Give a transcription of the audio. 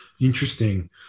Interesting